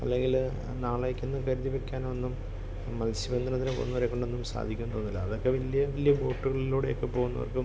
അല്ലെങ്കില് നാളേക്ക് എന്ന് കരുതി വെക്കാനൊന്നും മത്സ്യബന്ധനത്തിന് പോവുന്നവരെ കൊണ്ടൊന്നും സാധിക്കുമെന്ന് തോന്നുന്നില്ല അതൊക്കെ വലിയ വലിയ ബോട്ടുകളിലൂടെയൊക്കെ പോകുന്നവർക്കും